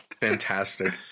Fantastic